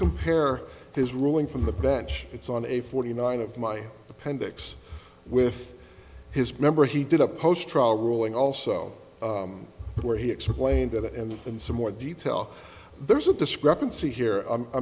compare his ruling from the bench it's on a forty nine of my appendix with his member he did a post trial ruling also where he explained that and in some more detail there's a discrepancy here